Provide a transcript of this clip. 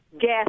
Gas